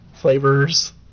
flavors